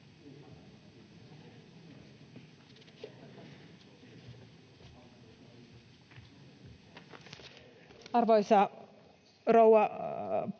Arvoisa rouva puheenjohtaja!